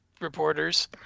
reporters